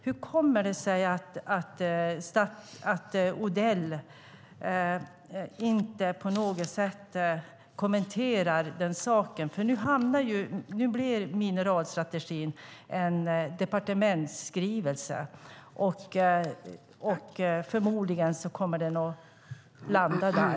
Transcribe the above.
Hur kommer det sig då egentligen att Odell inte på något sätt kommenterar den här saken? Nu blir mineralstrategin en departementsskrivelse, och förmodligen kommer den att landa där.